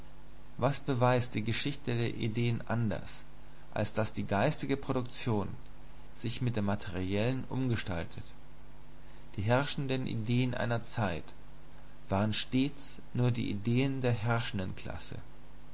was beweist die geschichte der ideen anders als daß die geistige produktion sich mit der materiellen umgestaltet die herrschenden ideen einer zeit waren stets nur die ideen der herrschenden klasse